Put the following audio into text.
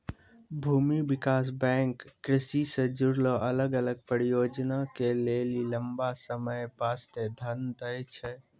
भूमि विकास बैंक कृषि से जुड़लो अलग अलग परियोजना के लेली लंबा समय बास्ते धन दै छै